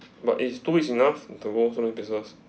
but it's two weeks enough to hold so many places